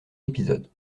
épisodes